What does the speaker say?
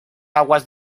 aguas